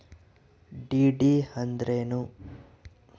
DD ಅಂದ್ರೇನು?